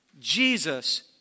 Jesus